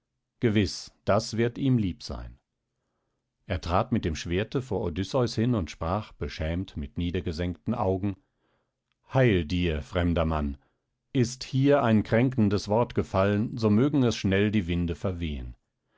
gewiß das wird ihm lieb sein er trat mit dem schwerte vor odysseus hin und sprach beschämt mit niedergesenkten augen heil dir fremder mann ist hier ein kränkendes wort gefallen so mögen es schnell die winde verwehen